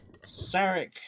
Sarek